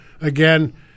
again